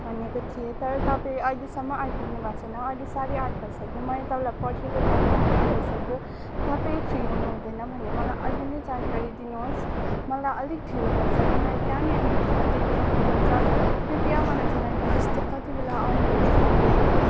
भनेको थिएँ तर तपाईँ अहिलेसम्म आइपुग्नु भएको छैन अहिले साँढे आठ भइसक्यो मैले तपाईँलाई पर्खेको टाइम भक्कु भइसक्यो तपाईँ फ्री हुनु हुँदैन भने मलाई अहिले नै जानकारी दिनुहोस् मलाई अलिक ढिलो भइसक्यो मेरो त्यहाँनिर मिटिङ अटेन गर्नुपर्छ कृपया मलाई जनाई दिनुहोस् त्यो कतिबेला आउनुहुन्छ तपाईँ